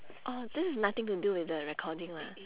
oh this is nothing to do with the recording lah